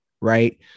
right